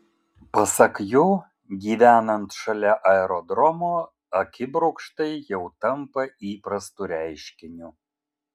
pasak jo gyvenant šalia aerodromo akibrokštai jau tampa įprastu reiškiniu